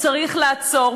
צריך לעצור,